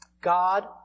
God